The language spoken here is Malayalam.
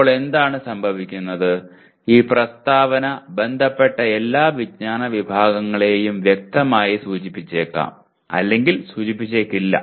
ഇപ്പോൾ എന്താണ് സംഭവിക്കുന്നത് ഈ പ്രസ്താവന ബന്ധപ്പെട്ട എല്ലാ വിജ്ഞാന വിഭാഗങ്ങളെയും വ്യക്തമായി സൂചിപ്പിച്ചേക്കാം അല്ലെങ്കിൽ സൂചിപ്പിച്ചേക്കില്ല